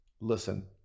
listen